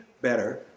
better